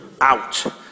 out